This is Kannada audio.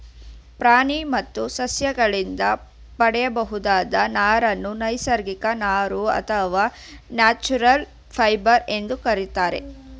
ಪ್ರಾಣಿ ಮತ್ತು ಸಸ್ಯಗಳಿಂದ ಪಡೆಯಬಹುದಾದ ನಾರನ್ನು ನೈಸರ್ಗಿಕ ನಾರು ಅಥವಾ ನ್ಯಾಚುರಲ್ ಫೈಬರ್ ಎಂದು ಕರಿತಾರೆ